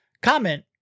comment